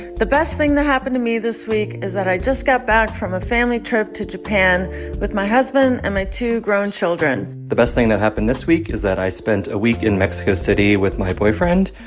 the best thing that happened to me this week is that i just got back from a family trip to japan with my husband and my two grown children the best thing that happened this week is that i spent a week in mexico city with my boyfriend.